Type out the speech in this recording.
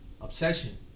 obsession